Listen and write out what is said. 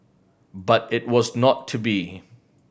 but it was not to be